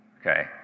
Okay